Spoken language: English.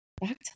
back